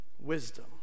Wisdom